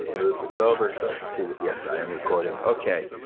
move this over so i can see that yes, i am recording. okay.